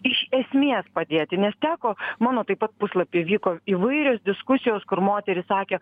iš esmės padėti nes teko mano taip pat puslapy vyko įvairios diskusijos kur moterys sakė